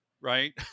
right